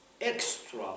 extra